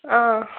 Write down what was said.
അതെ